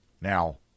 now